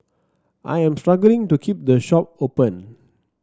I am struggling to keep the shop open